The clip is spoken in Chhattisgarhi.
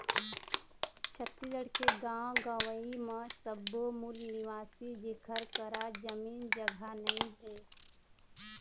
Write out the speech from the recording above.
छत्तीसगढ़ के गाँव गंवई म सब्बो मूल निवासी जेखर करा जमीन जघा नइ हे